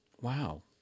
Wow